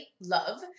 love